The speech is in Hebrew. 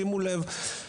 שימו לב,